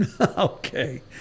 okay